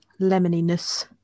lemoniness